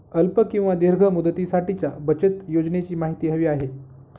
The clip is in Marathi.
अल्प किंवा दीर्घ मुदतीसाठीच्या बचत योजनेची माहिती हवी आहे